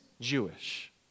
Jewish